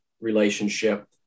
relationship